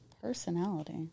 Personality